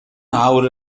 nawr